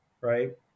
Right